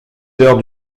heures